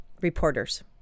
reporters